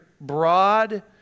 broad